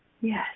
Yes